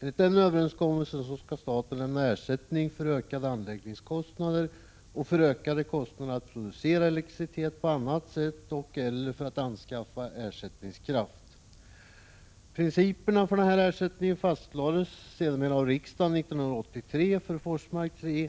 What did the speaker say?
Enligt denna överenskommelse skall staten lämna ersättning för ökade anläggningskostnader och för ökade kostnader för att producera elektricitet på annat sätt och/eller eller för att anskaffa ersättningskraft. Principerna för denna ersättning fastlades sedermera av riksdagen 1983 för Forsmark 3